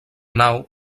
nau